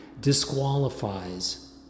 disqualifies